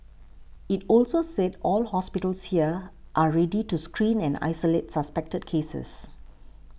it also said all hospitals here are ready to screen and isolate suspected cases